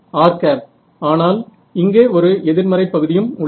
r ஆனால் இங்கே ஒரு எதிர்மறை பகுதியும் உள்ளது